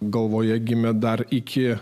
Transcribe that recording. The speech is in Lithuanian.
galvoje gimė dar iki